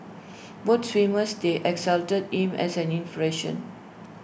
both swimmers they exalted him as an inspiration